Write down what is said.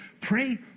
Pray